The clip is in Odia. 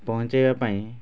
ପହଞ୍ଚାଇବା ପାଇଁ